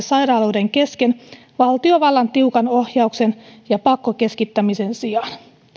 sairaaloiden kesken valtiovallan tiukan ohjauksen ja pakkokeskittämisen sijaan